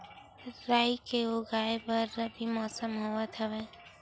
राई के उगाए बर रबी मौसम होवत हवय?